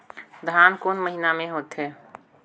धान कोन महीना मे होथे?